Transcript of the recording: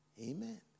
Amen